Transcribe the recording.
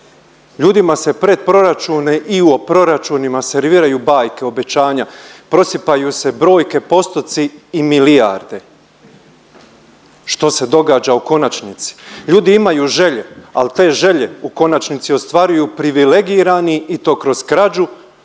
Ljudima se pred proračune i u proračunima serviraju bajke, obećanja, prosipaju se brojke, postotci i milijarde. Što se događa u konačnici? Ljudi imaju želje, ali te želje u konačnici ostvaruju privilegirani i to kroz krađu,